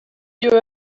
you